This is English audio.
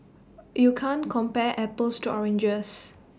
you can't compare apples to oranges